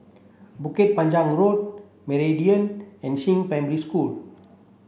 Bukit Panjang Road Meridian and Primary School